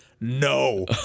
no